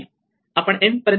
संबंधित index m आणि n असावी